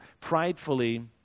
pridefully